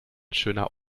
schöner